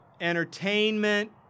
entertainment